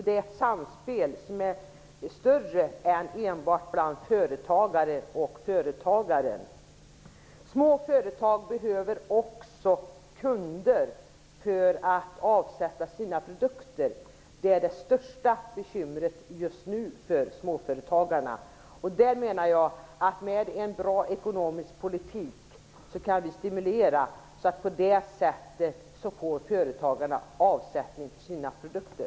Det är ett samspel mellan flera än bara mellan företagare och företag. Små företag behöver också kunder för att kunna avsätta sina produkter. Det är det största bekymret just för småföretagarna. Med en bra ekonomisk politik kan vi stimulera så att företagarna får avsättning för sina produkter.